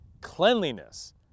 cleanliness